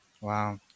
Wow